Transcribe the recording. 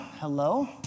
hello